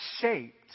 shaped